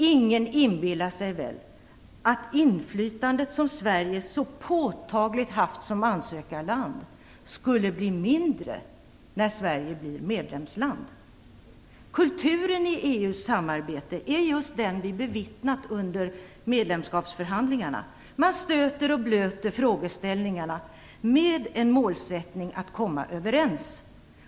Ingen inbillar sig väl att det inflytande som Sverige så påtagligt haft som ansökarland skulle bli mindre när Sverige blir medlemsland. Kulturen i EU:s samarbete är just den vi bevittnat under medlemskapsförhandlingarna. Man stöter och blöter frågeställningarna med målsättningen att komma överens.